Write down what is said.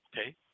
okay